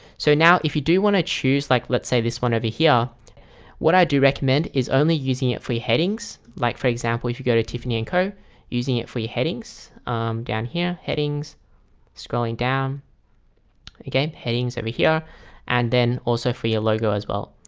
so now if you do want to choose like let's say this one over here what i do recommend is only using it free headings like for example if you go to tiffany and co using it for your headings down here headings scrolling down again headings over here and then also for your logo as well.